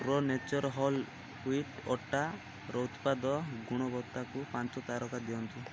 pro Nature whole wheat ଅଟାର ଉତ୍ପାଦ ଗୁଣବତ୍ତାକୁ ପାଞ୍ଚ ତାରକା ଦିଅନ୍ତୁ